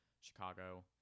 Chicago